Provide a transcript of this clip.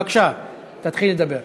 בבקשה, תתחיל לדבר.